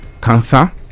Cancer